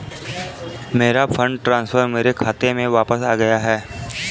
मेरा fund transfer मेरे खाते में वापस आ गया है